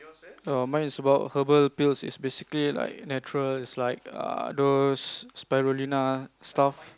oh mine is about herbal pills is basically like natural is like err those Spirulina stuff